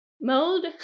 mode